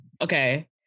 okay